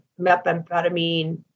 methamphetamine